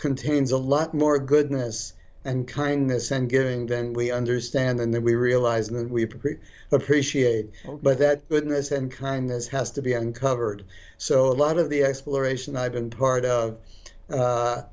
contains a lot more goodness and kindness and giving then we understand and then we realized we preach appreciate but that goodness and kindness has to be uncovered so a lot of the exploration i've been part of